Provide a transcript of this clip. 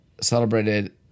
celebrated